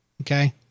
Okay